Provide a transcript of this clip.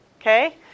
okay